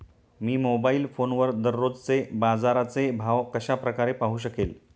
मी mobile फोनवर दररोजचे बाजाराचे भाव कशा प्रकारे पाहू शकेल?